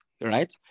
right